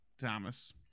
Thomas